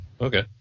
okay